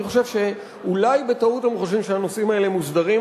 אני חושב שאולי בטעות הם חושבים שהנושאים האלה מוסדרים.